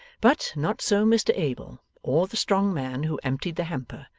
but, not so mr abel or the strong man who emptied the hamper,